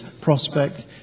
prospect